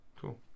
Cool